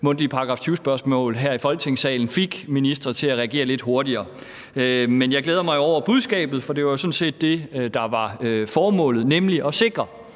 mundtlige § 20-spørgsmål her i Folketingssalen fik ministre til at reagere lidt hurtigere. Men jeg glæder mig jo over budskabet, for det var sådan set det, der var formålet, nemlig at sikre,